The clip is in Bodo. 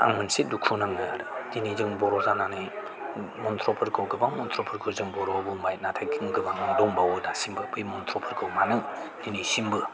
आं मोनसे दुखु नाङो दिनै जों बर' जानानै मन्त्रफोरखौ गोबां मन्त्रफोरखौ जों बर' आव बुंबाय नाथाय खिन्थु गोबाङानो दंबावो दासिमबो बै मन्त्रफोरखौ मानो दिनैसिमबो